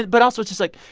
but also just like,